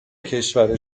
کشور